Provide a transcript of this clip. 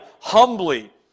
humbly